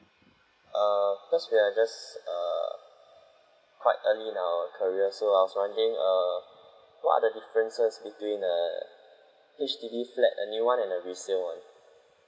err cause we are just err quite early in our career so I was wondering err what are the differences between a H_D_B flat a new one and a resale one